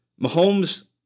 Mahomes